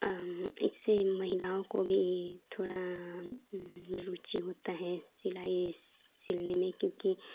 एक दिन महिलाओं को भी थोड़ा में रुचि होता है सिलाई सिलने में क्योंकि